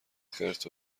خرت